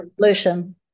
solution